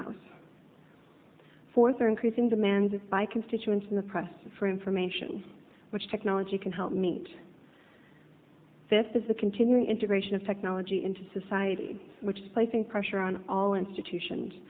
house fourth or increasing demands of by constituents in the press for information which technology can help meet this is the continuing integration of technology into society which is placing pressure on all institutions